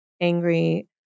angry